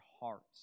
hearts